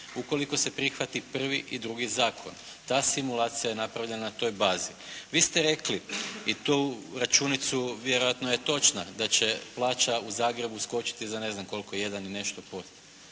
ukoliko se prihvati prvi i drugi zakon. Ta simulacija je napravljena na toj bazi. Vi ste rekli i tu računicu vjerojatno je točna da će plaća u Zagrebu skočiti za ne znam koliko jedan i nešto posto.